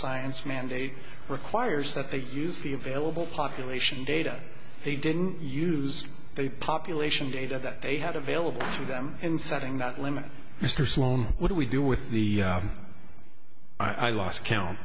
science mandate requires that they use the available population data they didn't use the population data that they had available to them in setting that limit mr sloan what do we do with the i lost count